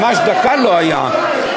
ממש דקה לא הייתה.